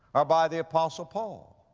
or by the apostle paul.